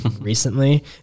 recently